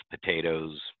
potatoes